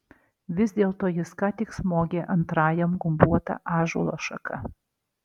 vis dėlto jis ką tik smogė antrajam gumbuota ąžuolo šaka